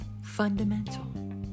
Fundamental